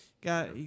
got